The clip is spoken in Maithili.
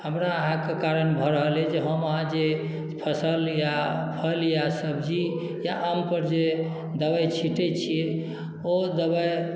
हमरा अहाँके कारण भऽ रहल अइ जे हम अहाँ जे फसल या फल या सब्जी या आमपर जे दबाइ छिटैत छियै ओ दबाइ